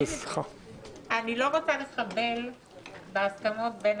ראיתי את זה אתמול ביתר שאת,